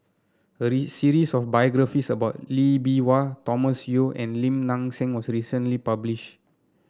a series of biographies about Lee Bee Wah Thomas Yeo and Lim Nang Seng was recently published